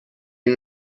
این